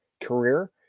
career